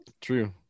True